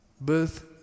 birth